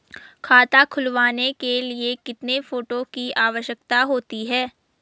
खाता खुलवाने के लिए कितने फोटो की आवश्यकता होती है?